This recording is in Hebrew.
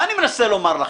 מה אני מנסה לומר לכם?